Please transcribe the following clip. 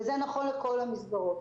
וזה נכון לכל המסגרות.